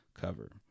cover